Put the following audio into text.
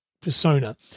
persona